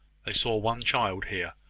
they saw one child here,